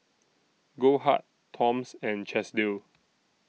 Goldheart Toms and Chesdale